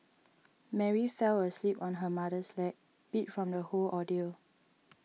Mary fell asleep on her mother's lap beat from the whole ordeal